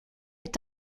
est